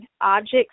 objects